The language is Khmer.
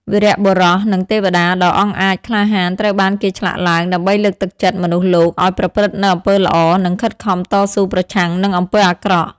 វីរបុរស និងទេវតាដ៏អង់អាចក្លាហានត្រូវបានគេឆ្លាក់ឡើង ដើម្បីលើកទឹកចិត្តមនុស្សលោកឲ្យប្រព្រឹត្តនូវអំពើល្អ និងខិតខំតស៊ូប្រឆាំងនឹងអំពើអាក្រក់។